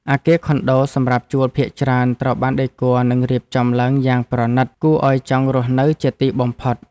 អគារខុនដូសម្រាប់ជួលភាគច្រើនត្រូវបានដេគ័រនិងរៀបចំឡើងយ៉ាងប្រណីតគួរឱ្យចង់រស់នៅជាទីបំផុត។